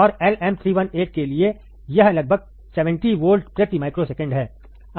और LM318 के लिए यह लगभग 70 वोल्ट प्रति माइक्रोसेकंड है